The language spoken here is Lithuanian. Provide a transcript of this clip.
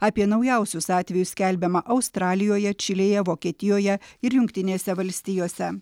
apie naujausius atvejus skelbiama australijoje čilėje vokietijoje ir jungtinėse valstijose